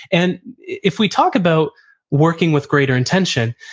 and if we talk about working with greater intention,